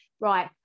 right